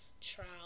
trial